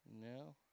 No